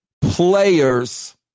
players